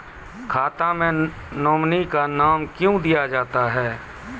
खाता मे नोमिनी का नाम क्यो दिया जाता हैं?